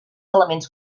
elements